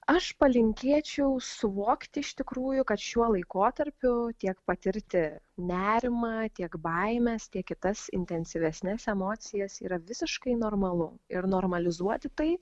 aš palinkėčiau suvokti iš tikrųjų kad šiuo laikotarpiu tiek patirti nerimą tiek baimes tiek kitas intensyvesnes emocijas yra visiškai normalu ir normalizuoti tai